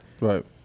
Right